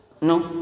No